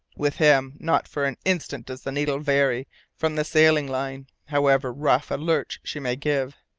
with him, not for an instant does the needle vary from the sailing-line, however rough a lurch she may give.